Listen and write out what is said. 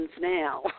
now